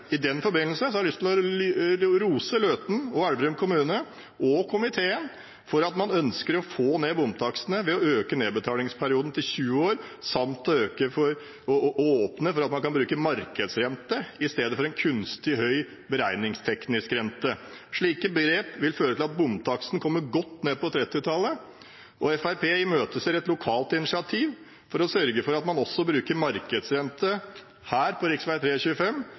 I den forbindelse har jeg lyst til å rose Løten kommune, Elverum kommune og komiteen for at man ønsker å få ned bomtakstene ved å øke nedbetalingsperioden til 20 år samt å åpne for å bruke markedsrente i stedet for en kunstig høy beregningsteknisk rente. Slike grep vil føre til at bomtaksten kommer godt ned på 30-tallet, og Fremskrittspartiet imøteser et lokalt initiativ for å sørge for at man også bruker markedsrente her, på rv. 3/rv. 25,